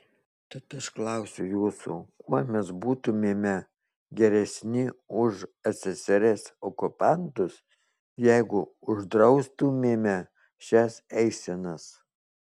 tad aš klausiu jūsų kuo mes būtumėme geresni už ssrs okupantus jeigu uždraustumėme šias eisenas